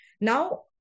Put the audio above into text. Now